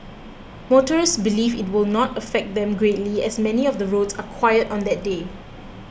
motorists believe it will not affect them greatly as many of the roads are quiet on that day